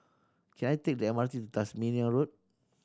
can I take the M R T to Tasmania Road